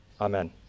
Amen